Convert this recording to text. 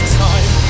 time